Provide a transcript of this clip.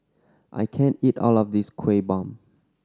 I can't eat all of this Kueh Bom